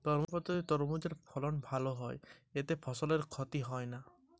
জৈব পদ্ধতিতে তরমুজের ফলন কিভাবে হয়?